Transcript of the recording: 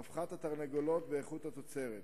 רווחת התרנגולות ואיכות התוצרת.